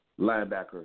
linebacker